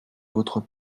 votre